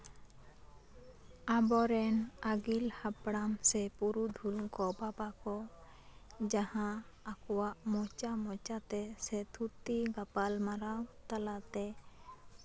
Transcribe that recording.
ᱟᱵᱚᱨᱮᱱ ᱟ ᱜᱤᱞ ᱦᱟᱯᱲᱟᱢ ᱥᱮ ᱯᱩᱨᱩᱫᱷᱩᱞ ᱠᱚ ᱵᱟᱵᱟ ᱠᱚ ᱡᱟᱦᱟᱸ ᱟᱠᱚᱣᱟᱜ ᱢᱚᱪᱟ ᱢᱚᱪᱟᱛᱮ ᱥᱮ ᱛᱷᱩᱛᱤ ᱜᱟᱯᱟᱞᱢᱟᱨᱟᱣ ᱛᱟᱞᱟᱛᱮ